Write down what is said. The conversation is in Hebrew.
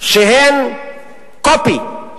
שהן קופי,